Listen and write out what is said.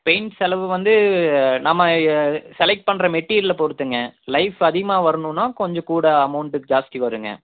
paint செலவு வந்து நம்ம செலக்ட் பண்ணுற மெட்டீரியலை பொறுத்துங்க லைஃப் அதிகமாக வரணுன்னா கொஞ்சம் கூட அமௌண்ட் ஜாஸ்தி வரும்ங்க